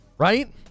Right